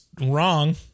wrong